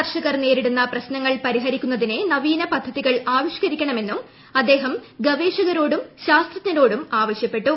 കർഷകർ നേരിടുന്ന പ്രശ്നങ്ങൾ പരിഹരിക്കുന്നതിന് നവീന പദ്ധതികൾ ആവിഷ്കരിക്കണമെന്നും അദ്ദേഹം ഗവേഷകരോടും ശാസ്ത്രജ്ഞ രോടും ആവശ്യപ്പെട്ടു